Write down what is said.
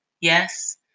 yes